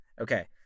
okay